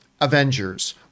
Avengers